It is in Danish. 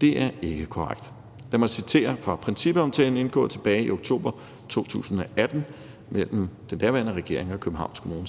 Det er ikke korrekt. Lad mig citere fra principaftalen indgået tilbage i oktober 2018 mellem den daværende regering og Københavns Kommune: